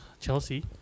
Chelsea